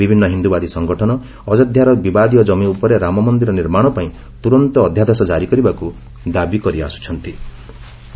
ବିଭିନ୍ନ ହିନ୍ଦୁବାଦୀ ସଙ୍ଗଠନ ଅଯୋଧ୍ୟାର ବିବାଦୀୟ କମି ଉପରେ ରାମମନ୍ଦିର ନିର୍ମାଣ ପାଇଁ ତୁରନ୍ତ ଅଧ୍ୟାଦେଶ ଜାରି କରିବାକୁ ଦାବି କରିଆସ୍ଟ୍ରନ୍ଥି